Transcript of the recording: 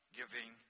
giving